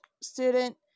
student